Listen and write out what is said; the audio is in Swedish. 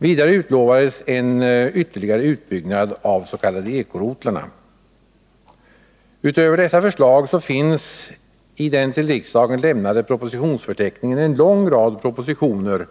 Vidare utlovades en ytterligare utbyggnad av de s.k. eko-rotlarna. Utöver dessa förslag finns i den till riksdagen lämnade propositionsförteckningen en lång rad propositioner,